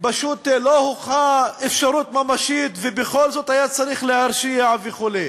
פשוט לא הוכחה אפשרות ממשית ובכל זאת היה צריך להרשיע וכו'.